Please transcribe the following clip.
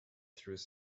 through